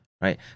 right